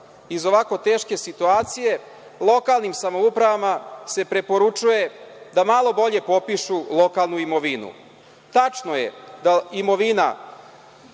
iz ovako teške situacije lokalnim samoupravama se preporučuje da malo bolje popišu lokalnu imovinu, ne lokalna imovina,